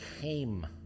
came